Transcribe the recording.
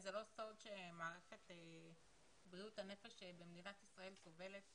זה לא סוד שמערכת בריאות הנפש במדינת ישראל סובלת